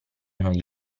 non